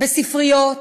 בספריות,